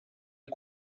est